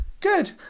Good